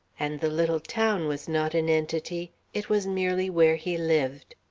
and the little town was not an entity. it was merely where he lived.